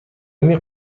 эми